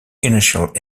initial